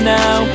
now